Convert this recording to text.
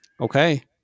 Okay